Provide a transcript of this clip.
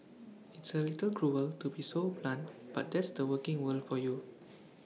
it's A little cruel to be so blunt but that's the working world for you